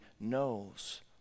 knows